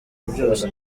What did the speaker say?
byose